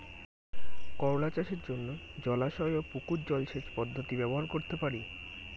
করোলা চাষের জন্য জলাশয় ও পুকুর জলসেচ পদ্ধতি ব্যবহার করতে পারি?